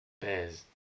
bears